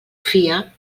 fia